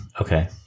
Okay